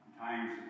times